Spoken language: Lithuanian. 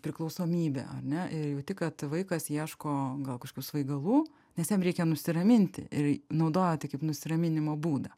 priklausomybė ar ne ir jauti kad vaikas ieško gal kažkokių svaigalų nes jam reikia nusiraminti ir naudoja tai kaip nusiraminimo būdą